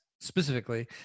specifically